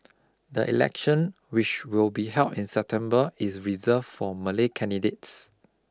the election which will be held in September is reserved for Malay candidates